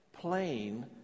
plain